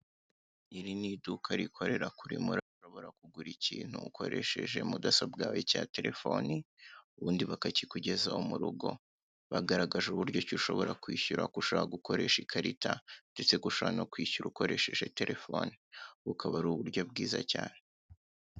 Iri ni iduka rikorera kuri murandasi, aho ushobora kugura ikintu ukoresheje mudasobwa yawe cyangwa telefoni, ubundi bakakikugezaho mu rugo. Bagaragaje uburyo ki ushobora kwishyura, ko ushobora kwishyura ukoresheje ikarita cyangwa se ukoresheje telefoni. Ubu bukaba ari uburyo bwiza cyane.